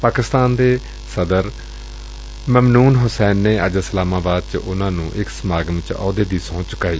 ਪਾਕਿਸਤਾਨ ਦੇ ਸਦਰ ਮਮਨੂਨ ਹੂਸੈਨ ਨੇ ਅੱਜ ਇਸਲਾਮਾਬਾਦ ਚ ਉਨ੍ਨਾਂ ਨੁੰ ਇਕ ਸਮਾਗਮ ਚ ਆਹੁਦੇ ਦੀ ਸਹੁੰ ਚੁਕਾਈ